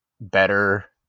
better